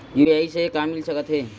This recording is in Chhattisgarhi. यू.पी.आई से का मिल सकत हे?